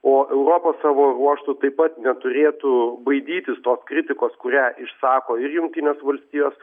o europa savo ruožtu taip pat neturėtų baidytis tos kritikos kurią išsako ir jungtinės valstijos